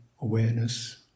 awareness